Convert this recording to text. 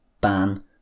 ban